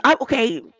okay